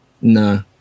no